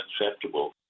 unacceptable